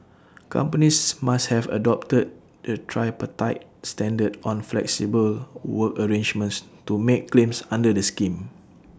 companies must have adopted the tripartite standard on flexible work arrangements to make claims under the scheme